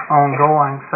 ongoing